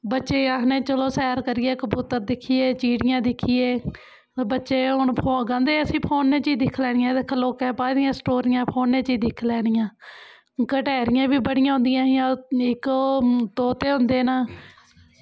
बच्चें गी आखने चलो सैर करियै कबूतर दिक्खिये चिड़ियां दिक्खिये बच्चे हून गलांदे असें फोनै च गै दिक्खी लैनियां लोकें पाई दियां स्टोरियां फोनै च गै दिक्खी लैनियां गटैरियां बी बड़ियां होंदियां हां इक ओह् तोते होंदे न